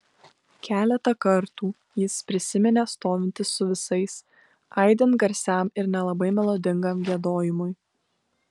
keletą kartų jis prisiminė stovintis su visais aidint garsiam ir nelabai melodingam giedojimui